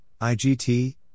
IGT